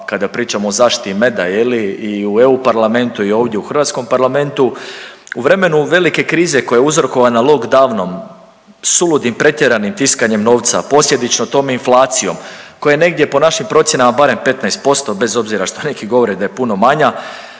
kada pričamo o zaštiti meda, je li, i u EU parlamentu i ovdje u hrvatskom parlamentu u vremenu velike krize koja je uzrokovana lockdownom, suludim pretjeranim tiskanjem novca, posljedično tome inflacijom koja je negdje po našim procjenama, barem 15% bez obzira što neki govore da je puno manja,